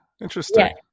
interesting